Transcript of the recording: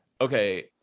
Okay